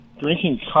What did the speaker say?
drinking